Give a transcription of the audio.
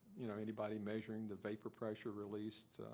you know, anybody measuring the vapor pressure released